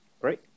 Great